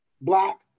block